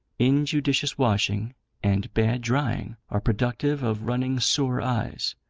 injudicious washing and bad drying are productive of running sore eyes,